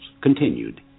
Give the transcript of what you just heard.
continued